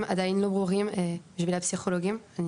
עדיין לא ברורים בשביל הפסיכולוגים.